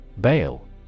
Bail